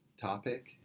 topic